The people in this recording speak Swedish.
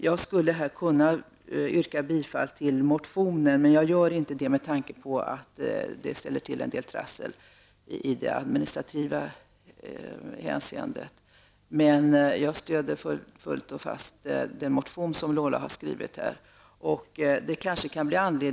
Jag skulle kunna yrka bifall till motionen, men jag gör inte det med tanke på att det ställer till en del trassel i det administrativa hänseendet. Jag stöder fullt och fast den motion som Lola Björkquist har skrivit.